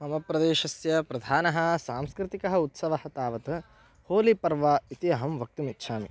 मम प्रदेशस्य प्रधानः सांस्कृतिकः उत्सवः तावत् होलिपर्व इति अहं वक्तुम् इच्छामि